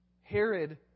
Herod